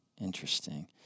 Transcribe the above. Interesting